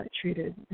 treated